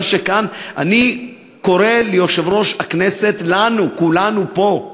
אני קורא ליושב-ראש הכנסת, לנו, כולנו פה,